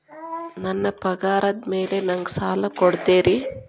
ನನ್ನ ಪಗಾರದ್ ಮೇಲೆ ನಂಗ ಸಾಲ ಕೊಡ್ತೇರಿ?